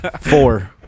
Four